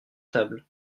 tables